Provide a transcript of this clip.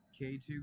K2